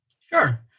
Sure